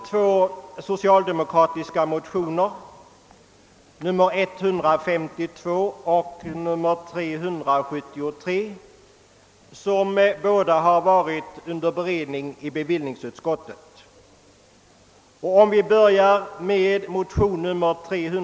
Två socialdemokratiska motioner, II:152 och II: 373, har varit under beredning i bevillningsutskottet.